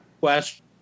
question